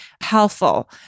helpful